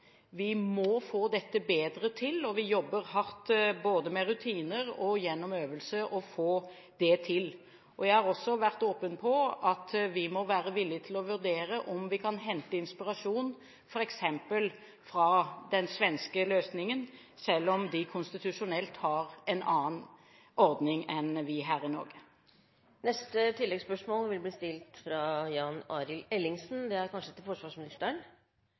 Vi må få dette bedre til, og vi jobber hardt både med rutiner og gjennom øvelser for å få det til. Jeg har også vært åpen på at vi må være villige til å vurdere om vi kan hente inspirasjon fra f.eks. den svenske løsningen, selv om de konstitusjonelt har en annen ordning enn det vi har her i Norge. Jan Arild Ellingsen – til oppfølgingsspørsmål. Det er kanskje til forsvarsministeren? Det er helt riktig. Spørsmålet går til forsvarsministeren,